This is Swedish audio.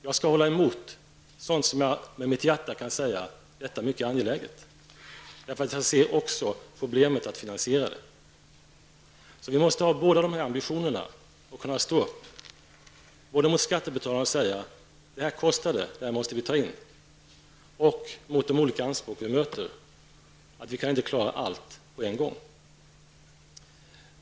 Jag skall hålla emot sådant som jag med mitt hjärta kan anse vara mycket angeläget, för jag ser också problemet med att finansiera det. Vi måste ha båda de här ambitionerna. Det gäller att kunna stå emot skattebetalarna och säga: Så här mycket kostar det, och det måste vi ta in. Det gäller också att stå emot olika anspråk som vi möter och säga att vi inte kan klara allt på en gång.